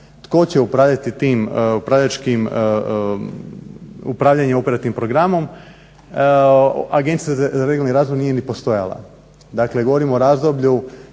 tim upravljačkim, upravljanje operativnim programom. Agencija za regionalni razvoj nije ni postojala. Dakle, govorim o razdoblju